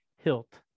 hilt